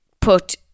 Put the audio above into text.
put